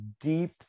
deep